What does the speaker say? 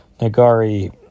Nagari